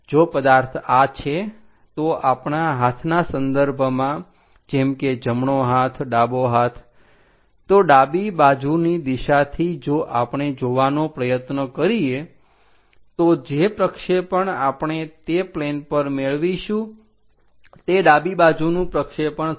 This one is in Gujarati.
જો પદાર્થ આ છે તો આપણા હાથના સંદર્ભમાં જેમ કે જમણો હાથ ડાબો હાથ તો ડાબી બાજુની દિશાથી જો આપણે જોવાનો પ્રયત્ન કરીએ તો જે પ્રક્ષેપણ આપણે તે પ્લેન પર મેળવીશું તે ડાબી બાજુનું પ્રક્ષેપણ થશે